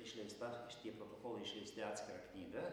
išleista štie protokolai išleisti atskira knyga